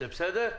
זה בסדר?